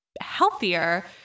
healthier